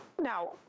Now